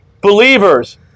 believers